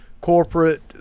corporate